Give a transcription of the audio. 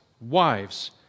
wives